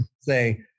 say